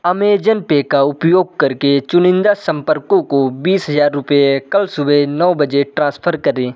Amazon Pay का उपयोग करके चुनिंदा संपर्कों को बीस हज़ार रुपये कल सुबह नौ बजे ट्रांसफ़र करें